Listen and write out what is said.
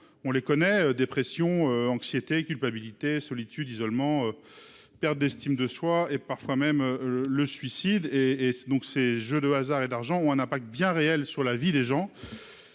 les effets : dépression, anxiété, culpabilité, solitude, isolement, perte d'estime de soi, parfois même le suicide. Ces jeux de hasard et d'argent ont donc un impact bien réel sur la vie des gens,